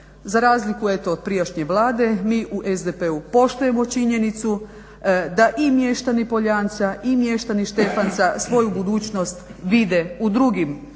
Za razliku eto od prijašnje Vlade mi u SDP-u poštujemo činjenicu da i mještani Poljanca i mještani Štefanca svoju budućnost vide u drugim